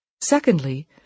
Secondly